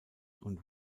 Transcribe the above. und